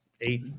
eight